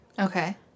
Okay